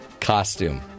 costume